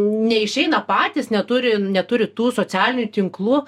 neišeina patys neturi neturi tų socialinių tinklų